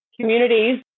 communities